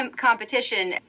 competition